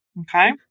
okay